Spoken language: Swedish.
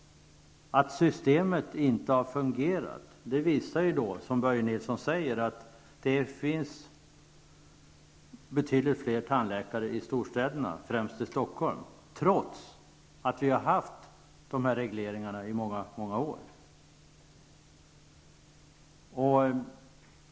Att systemet inte har fungerat visas av, som Börje Nilsson säger, att det finns betydligt fler tandläkare i storstäderna, främst i Stockholm, trots att vi har haft de här regleringarna i många år.